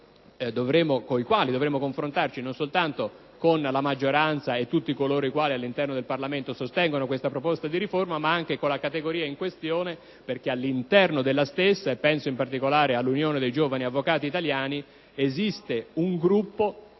quali dovremo confrontarci non soltanto con la maggioranza e tutti coloro i quali all'interno del Parlamento sostengono questa proposta di riforma, ma anche con la categoria in questione, perché all'interno della stessa - e penso in particolare all'Unione dei giovani avvocati italiani - esiste un gruppo